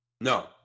No